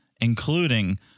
including